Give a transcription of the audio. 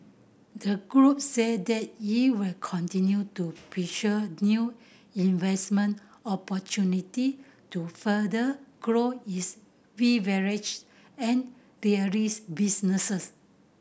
the group said that it will continue to pursue new investment opportunity to further grow its beverage and dairies businesses